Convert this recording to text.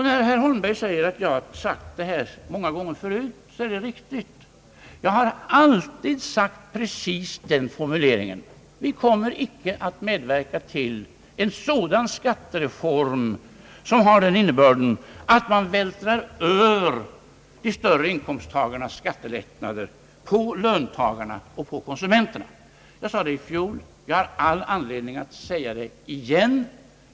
När herr Holmberg säger att jag sagt detta många gånger förut, så är det riktigt. Jag har alltid haft precis den formuleringen: Vi kommer icke att medverka till en skattereform som har den innebörden, att man vältrar över kostnaderna för de större inkomsttagarnas skattelättnader på löntagare och konsumenter. Jag sade det i fjol, och jag har all anledning att säga det igen.